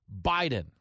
Biden